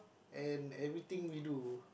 and everything we do